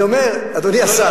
אני מנסה, לא.